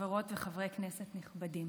חברות וחברי כנסת נכבדים,